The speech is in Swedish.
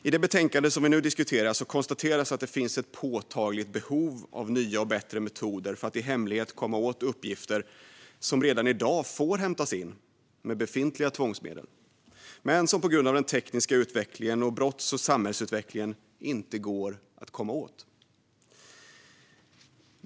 I det betänkande vi nu diskuterar konstateras att det finns ett påtagligt behov av nya och bättre metoder för att i hemlighet komma åt uppgifter som får hämtas in redan i dag, med befintliga tvångsmedel, men som på grund av den tekniska utvecklingen och brotts och samhällsutvecklingen inte går att komma åt.